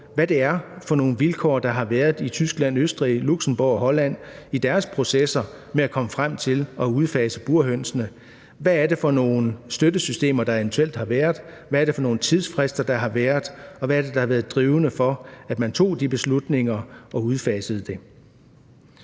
hvad det er for nogle vilkår, der i Tyskland, Østrig, Luxembourg og Holland har været i forhold til processerne med at komme frem til at udfase burhønsene. Hvad er det for nogle støttesystemer, der eventuelt har været? Hvad er det for nogle tidsfrister, der har været? Og hvad er det, der har været drivende for, at man tog de beslutninger og udfasede det?